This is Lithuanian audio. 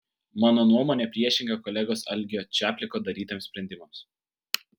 mano nuomonė priešinga kolegos algio čapliko darytiems sprendimams